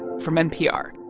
from npr